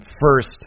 first